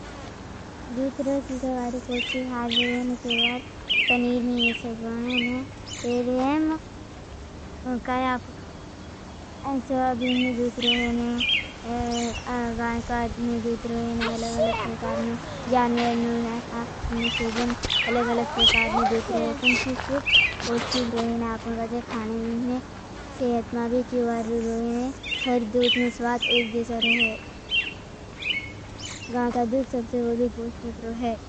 दूतरोज्जुकार बारू पॉष्टिक हार रोहेने। तेरे बार पनीरने ये सब रोहेने तेरे रोहेने काई आपका स्वा भीन न दूत रोहेने गानकार न दूत रोहेने अलग अलग प्रकार न जानवर न अलग अलग प्रकार न दूत रोहें। पुंछी सूप पॉष्टिक रोहेने। आपका जे खाने मेंने सेहतना भी चीवार रोहेने। हर दूत न स्वाद एक जैसे रोहे गानका दूत सबसे बदू पॉष्टिक रोहे।